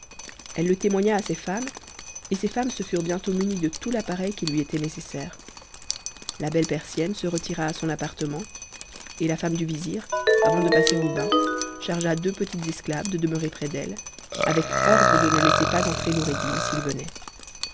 elle le témoigna à ses femmes et ses femmes se furent bientôt munies de tout l'appareil qui lui était nécessaire la belle persienne se retira à son appartement et la femme du vizir avant de passer au bain chargea deux petites esclaves de demeurer près d'elle avec ordre de ne laisser pas entrer noureddin s'il venait